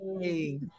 Hey